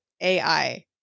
ai